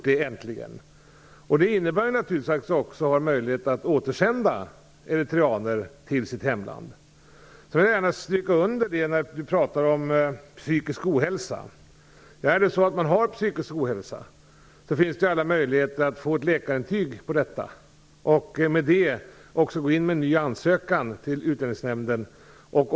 Det innebär naturligtvis att man också har rätt att återsända eritreaner till deras hemland. Ingrid Näslund talade om psykisk ohälsa. Om det är så att man lider av psykisk ohälsa, finns det alla möjligheter att få ett läkarintyg som styrker detta. I och med det kan man också lämna in en ny ansökan till Utlänningsnämnden.